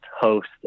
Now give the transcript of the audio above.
host